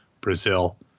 Brazil